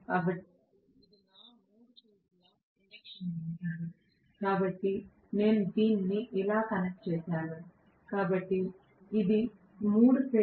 కాబట్టి ఇది నా మూడు ఫేజ్ ల ఇండక్షన్ మోటారు కాబట్టి నేను దీనిని ఇలా కనెక్ట్ చేసాను కాబట్టి ఇవి మూడు ఫేజ్ ల సరఫరా AB C